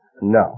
No